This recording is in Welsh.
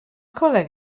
coleg